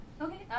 Okay